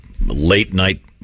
late-night